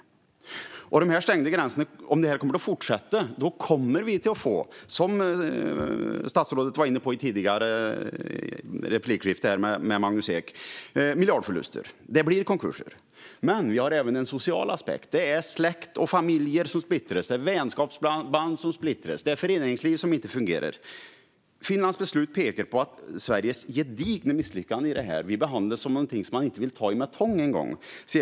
Om detta med de stängda gränserna kommer att fortsätta kommer vi att få miljardförluster, som statsrådet var inne på i sitt svar till Magnus Ek. Det blir konkurser. Men vi har även en social aspekt, med släkt och familjer som splittras, vänskapsband som drabbas och föreningsliv som inte fungerar. Finlands beslut pekar på Sveriges gedigna misslyckande. Vi behandlas som någonting som man inte vill ta i med tång en gång.